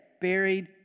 Buried